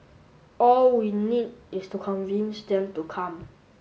all we need is to convince them to come